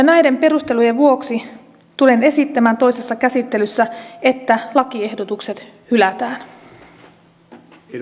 näiden perustelujen vuoksi tulen esittämään toisessa käsittelyssä että lakiehdotukset hylätään